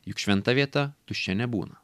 juk šventa vieta tuščia nebūna